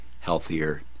healthier